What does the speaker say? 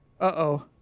Uh-oh